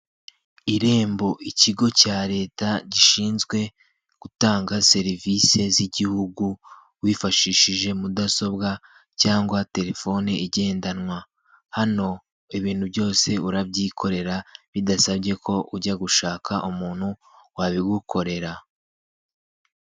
Irembo ikigo cya leta gishinzwe gutanga serivisi z'igihugu, wifashishije mudasobwa cyangwa telefoni igendanwa, hano ibintu byose urabyikorera bidasabye ko ujya gushaka umuntu wabigukorera.